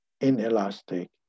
inelastic